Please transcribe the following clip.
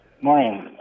Morning